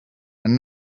and